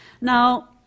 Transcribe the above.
Now